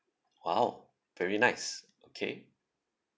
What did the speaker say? !wow! very nice okay